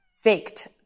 faked